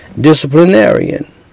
disciplinarian